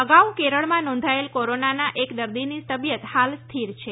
અગાઉ કેરલમાં નોંધાયેલ કોરોનાના એક દર્દીની તબીયત હાલ સ્થિર છે